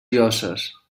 llosses